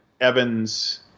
Evans